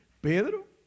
Pedro